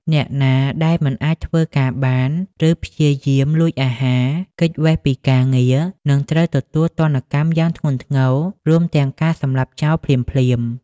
អ្នកណាដែលមិនអាចធ្វើការបាន ឬព្យាយាមលួចអាហារ គេចវេសពីការងារ នឹងត្រូវទទួលទណ្ឌកម្មយ៉ាងធ្ងន់ធ្ងរ រួមទាំងការសម្លាប់ចោលភ្លាមៗ។